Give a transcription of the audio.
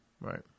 right